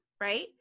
right